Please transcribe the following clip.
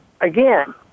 again